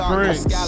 Prince